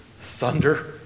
thunder